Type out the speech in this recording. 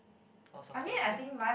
or something like that